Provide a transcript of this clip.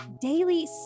daily